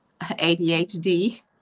ADHD